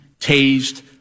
tased